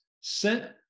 sent